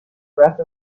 breath